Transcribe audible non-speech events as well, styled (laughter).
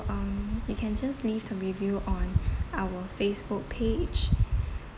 um you can just leave the review on (breath) our facebook page